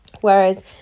Whereas